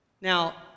Now